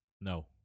No